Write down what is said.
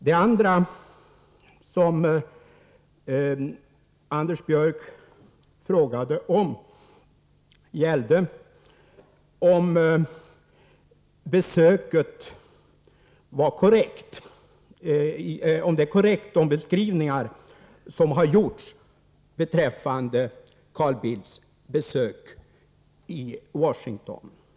Det andra som Anders Björck frågade om gällde huruvida de beskrivningar som gjorts beträffande Carl Bildts besök i Washington var korrekta.